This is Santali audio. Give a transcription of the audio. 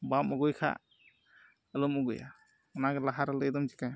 ᱵᱟᱢ ᱟᱹᱜᱩᱭ ᱠᱷᱟᱡ ᱟᱞᱚᱢ ᱟᱹᱜᱩᱭᱟ ᱚᱱᱟ ᱜᱮ ᱞᱟᱦᱟ ᱨᱮ ᱞᱟᱹ ᱫᱚᱢ ᱪᱤᱠᱟᱹᱭᱮᱱᱟ